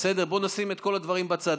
בסדר, בוא נשים את כל הדברים בצד.